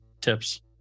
tips